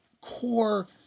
core